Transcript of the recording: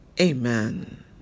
Amen